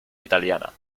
italiana